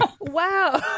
Wow